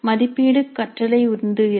மதிப்பீடு கற்றலை உந்துகிறது